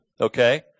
okay